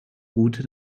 route